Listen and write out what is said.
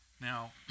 Now